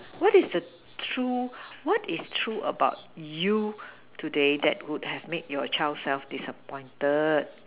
what is the true what is true about you today that would have made your child self disappointed